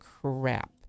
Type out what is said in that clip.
crap